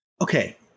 Okay